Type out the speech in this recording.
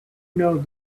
know